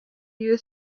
you